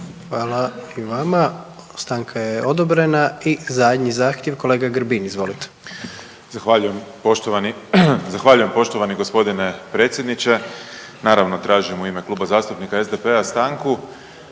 Hvala i vama. Stanka je odobrena. I zadnji zahtjev kolega Grbin, izvolite. **Grbin, Peđa (SDP)** Zahvaljujem poštovani g. predsjedniče. Naravno tražim u ime Kluba zastupnika SDP-a stanku,